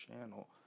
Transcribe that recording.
channel